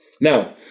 Now